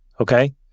okay